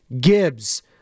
Gibbs